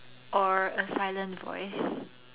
or A Silent Voice